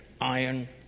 iron